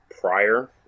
prior